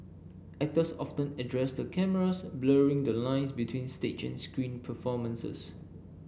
actors often addressed the cameras blurring the lines between stage and screen performances